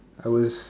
I was